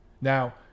Now